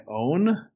own